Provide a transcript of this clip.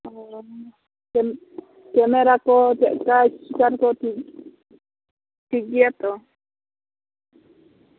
ᱚ ᱠᱮᱢᱮᱨᱟ ᱠᱚ ᱪᱮᱫ ᱞᱮᱠᱟ ᱴᱷᱤᱠ ᱜᱮᱭᱟ ᱛᱚ